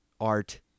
art